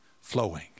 flowing